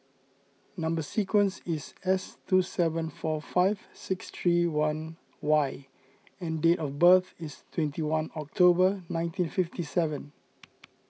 Number Sequence is S two seven four five six three one Y and date of birth is twenty one October nineteen fifty seven